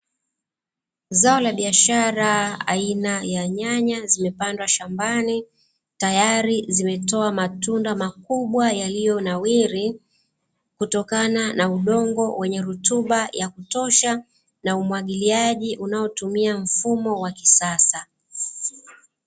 Zao la biashara aina ya nyanya zimepandwa shambani, tayari zimetoa matunda makubwa yaliyonawiri kutokana na udongo wenye rutuba ya kutosha na umwagiliaji unaotumia mfumo wa kisasa.